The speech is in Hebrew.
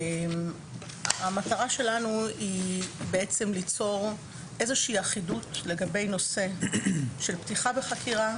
המטרה שלנו ליצור אחידות לגבי נושא של פתיחה בחקירה,